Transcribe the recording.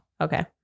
Okay